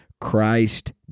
Christ